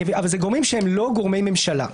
אבל זה גורמים שהם לא גורמי ממשלה.